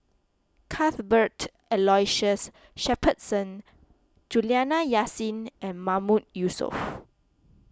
Cuthbert Aloysius Shepherdson Juliana Yasin and Mahmood Yusof